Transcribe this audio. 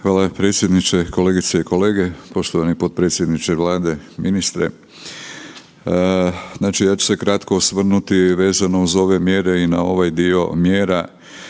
Hvala predsjedniče, kolegice i kolege, poštovani potpredsjedniče Vlade, ministre, znači ja ću se kratko osvrnuti vezano uz ove mjere i na ovaj dio mjera